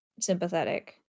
sympathetic